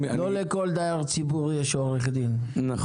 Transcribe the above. לא לכל מחוסר דיור יש עורך דין,